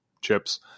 chips